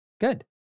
Good